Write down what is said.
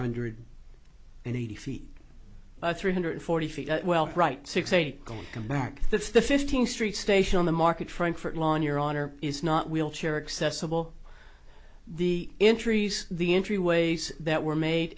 hundred and eighty feet three hundred forty feet well right six eight going come back if the fifteenth street station on the market frankfurt lawn your honor is not wheelchair accessible the intrigues the entry ways that were made